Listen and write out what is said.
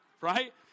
Right